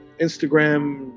Instagram